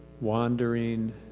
wandering